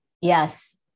Yes